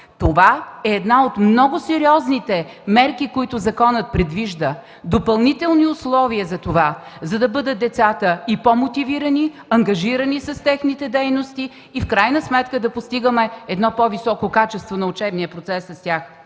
Това е една от много сериозните мерки, които законът предвижда – допълнителни условия децата да бъдат по-мотивирани, ангажирани с техни дейности и в крайна сметка да постигаме по-високо качество на учебния процес с тях.